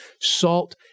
salt